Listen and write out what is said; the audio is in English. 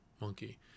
monkey